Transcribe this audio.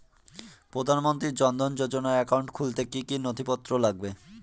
প্রধানমন্ত্রী জন ধন যোজনার একাউন্ট খুলতে কি কি নথিপত্র লাগবে?